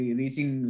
reaching